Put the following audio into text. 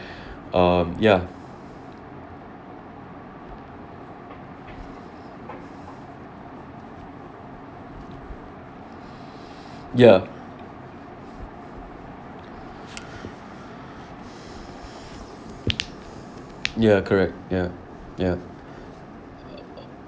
um ya ya ya correct ya ya